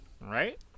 Right